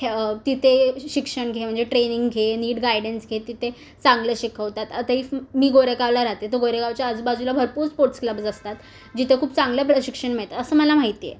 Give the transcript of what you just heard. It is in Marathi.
तिते शिक्षण घे म्हणजे ट्रेनिंग घे नीट गायडन्स घे तिते चांगलं शिखवतात आता ही फी गोऱ्यागावला राहते तर गोरेगावच्या आजूबाजूला भरपूर स्पोर्ट्स क्लब्ज असतात जिथं खूप चांगलं प्रशिक्षण मिळतात असं मला माहितीये